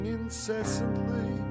incessantly